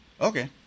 okay